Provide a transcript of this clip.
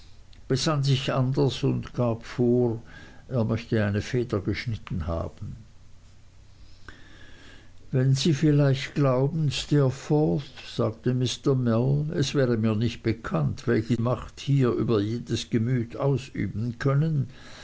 sich anders und gab vor er möchte eine feder geschnitten haben wenn sie vielleicht glauben steerforth sagte mell es wäre mir nicht bekannt welche macht sie hier über jedes gemüt ausüben können